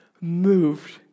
moved